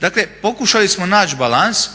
Dakle, pokušali smo naći balans.